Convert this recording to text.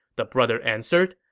the brother answered,